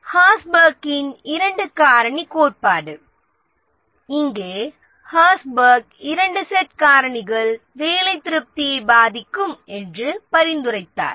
ஹெர்ஸ்பெர்க்கின் 2 காரணி கோட்பாடு இங்கே ஹெர்ஸ்பெர்க் இரண்டு செட் காரணிகள் வேலை திருப்தியை பாதிக் கும் என்று பரிந்துரைத்தார்